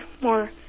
more